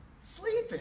Sleeping